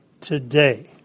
today